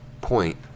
point